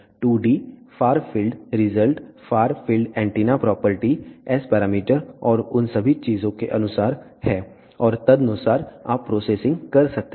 2D far field result far field antenna property S parameter और उन सभी चीजों के अनुसार है और तदनुसार आप प्रोसेसिंग कर सकते हैं